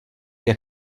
jak